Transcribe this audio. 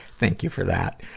thank you for that.